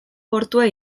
portua